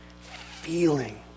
feeling